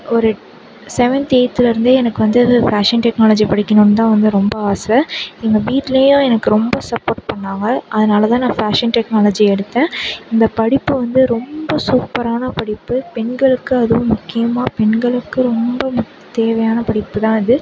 ஒரு செவன்த் எய்த்துலேருந்தே எனக்கு வந்து ஃபேஷன் டெக்னாலஜி படிக்கணும்னு தான் வந்து ரொம்ப ஆசை எங்கள் வீட்லேயும் எனக்கு ரொம்ப சப்போர்ட் பண்ணாங்க அதனால தான் நான் ஃபேஷன் டெக்னாலஜி எடுத்தேன் இந்த படிப்பு வந்து ரொம்ப சூப்பரான படிப்பு பெண்களுக்கு அதுவும் முக்கியமாக பெண்களுக்கு ரொம்ப தேவையான படிப்புதான் இது